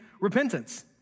repentance